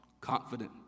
confident